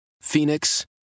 Phoenix